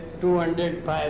205